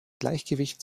gleichgewicht